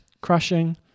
crushing